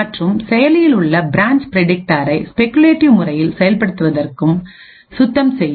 மற்றும் செயலியில் உள்ள பிரான்ச் பிரடிக்டாரை ஸ்பெகுலேட்டிவ் முறையில் செயல்படுத்துவதற்கு சுத்தம் செய்யும்